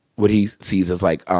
what he sees as, like,